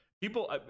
people